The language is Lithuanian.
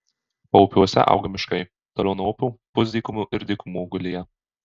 paupiuose auga miškai toliau nuo upių pusdykumių ir dykumų augalija